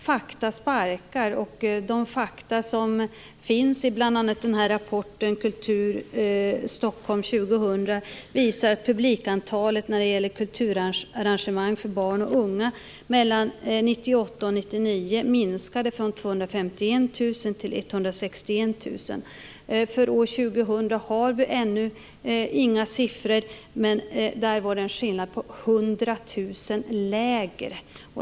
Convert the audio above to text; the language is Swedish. Fakta sparkar, och de fakta som finns i bl.a. rapporten För år 2000 har vi ännu inga siffror, men här var alltså skillnaden 100 000 lägre.